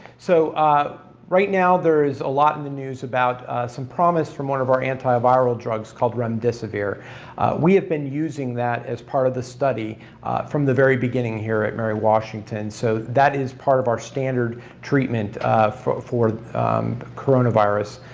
so ah right now there is a lot in the news about some promise from one of our antiviral drugs called remdesivir. we have been using that as part of the study from the very beginning here at mary washington so that is part of our standard treatment for for coronavirus.